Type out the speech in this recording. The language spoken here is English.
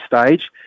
stage